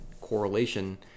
correlation